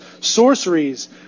sorceries